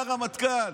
שהיה רמטכ"ל.